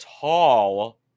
tall